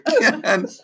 again